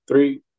three